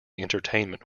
entertainment